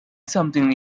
something